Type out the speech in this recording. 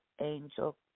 Angel